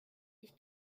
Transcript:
ich